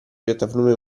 piattaforme